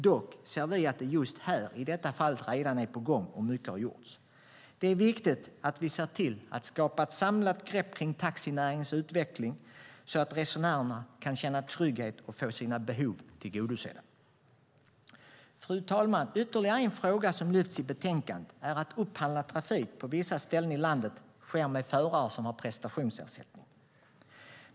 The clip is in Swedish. Vi ser i detta fall att det redan är på gång, och mycket har gjorts. Det är viktigt att vi ser till skapa ett samlat grepp kring taxinäringens utveckling så att resenärerna kan känna trygghet och få sina behov tillgodosedda. Fru talman! Ytterligare en fråga som lyfts fram i betänkandet är att upphandlad trafik på vissa ställen i landet sker med förare som har prestationsersättning.